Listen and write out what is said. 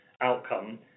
outcome